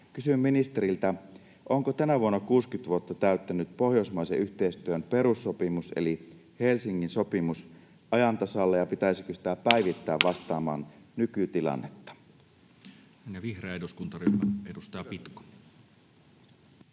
Kysyn ministeriltä: onko tänä vuonna 60 vuotta täyttänyt pohjoismaisen yhteistyön perussopimus eli Helsingin sopimus ajan tasalla ja pitäisikö sitä päivittää vastaamaan nykytilannetta? [Speech 114]